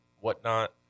whatnot